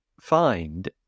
find